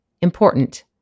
Important